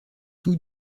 tous